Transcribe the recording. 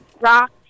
rock